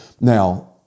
Now